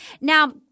Now